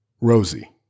Rosie